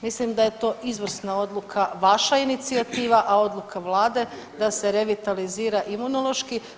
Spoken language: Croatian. Mislim da je to izvrsna odluka vaša inicijativa, a odluka vlade da se revitalizira Imunološki.